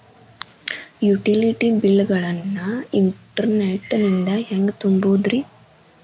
Utility bill ಗಳನ್ನ internet ನಿಂದ ಹೆಂಗ್ ತುಂಬೋದುರಿ?